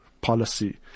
policy